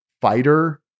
fighter